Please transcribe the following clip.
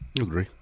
Agree